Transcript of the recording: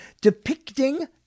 depicting